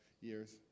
years